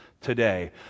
Today